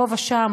פה ושם,